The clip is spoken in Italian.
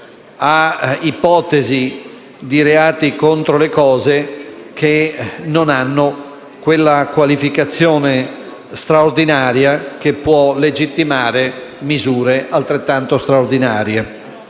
a ipotesi di reati contro le cose che non hanno quella qualificazione straordinaria che può legittimare misure altrettanto straordinarie.